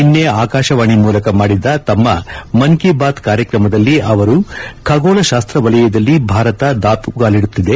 ನಿನ್ನೆ ಆಕಾಶವಾಣಿ ಮೂಲಕ ಮಾಡಿದ ತಮ್ಮ ಮನ್ ಕಿ ಬಾತ್ ಕಾರ್ಯಕ್ರಮದಲ್ಲಿ ಅವರು ಖಗೋಳ ಶಾಸ್ತ್ರ ವಲಯದಲ್ಲಿ ಭಾರತ ದಾಪುಗಾಲಿದುತ್ತಿದೆ